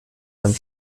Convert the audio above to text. einem